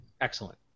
excellent